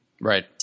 Right